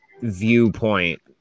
viewpoint